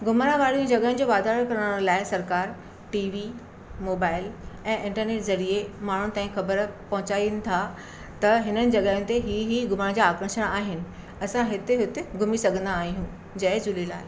घुमण वारियूं जॻहियुनि जो वाधारो करण लाइ सरकारु टीवी मोबाइल ऐं इंटरनेट ज़रिए माण्हू ताईं ख़बर पहुचाइनि था त हिननि जॻहियुनि ते इहे इहे घुमण जा आर्कषण आहिनि असां हिते उते घुमी सघंदा आहियूं जय झूलेलाल